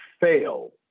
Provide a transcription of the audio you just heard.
fail